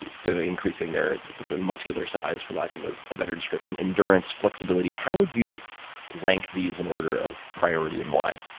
it's ah increasing their muscular size, for lack of a better description, endurance, flexibility. how would you rank these in order of priority and why?